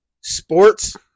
sports